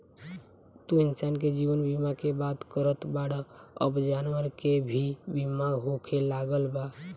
तू इंसान के जीवन बीमा के बात करत बाड़ऽ अब जानवर के भी बीमा होखे लागल बा